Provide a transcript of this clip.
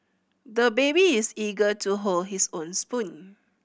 the baby is eager to hold his own spoon